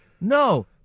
no